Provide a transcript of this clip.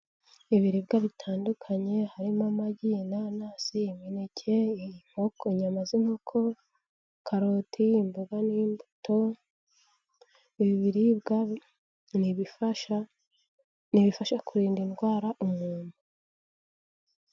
Ibiribwa bitandukanye, harimo amagi, inanasi, imineke, inyama z'inkoko, karoti, imboga n'imbuto, ibi biribwa ni ibifasha, ni ibifasha kurinda indwara umuntu.